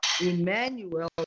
Emmanuel